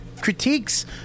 critiques